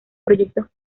proyectos